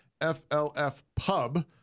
FLFPUB